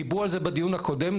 דיברו על זה בדיון הקודם,